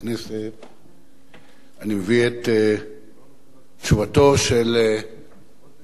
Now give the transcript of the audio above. אני מביא את תשובתו של שר התמ"ת ככתבה וכלשונה: "קיקה"